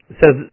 says